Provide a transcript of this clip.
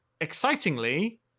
excitingly